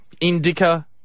Indica